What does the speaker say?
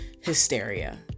hysteria